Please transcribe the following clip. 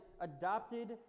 adopted